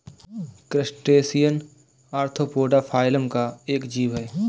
crustacean arthropoda phylum का एक जीव है